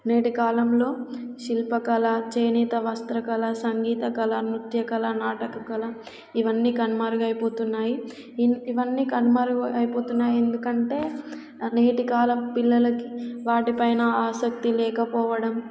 నేటి కాలంలో శిల్పకళ చేనేత వస్త్ర కళ సంగీత కళ నృత్య కళ నాటక కళ ఇవన్నీ కనుమరుగు అయిపోతున్నాయి ఇవన్నీ కనుమరుగు అయిపోతున్నాయి ఎందుకంటే నేటి కాలం పిల్లలకి వాటిపైన ఆసక్తి లేకపోవడం